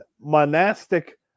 monastic